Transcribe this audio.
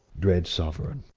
dread soueraigne,